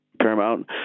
Paramount